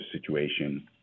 situation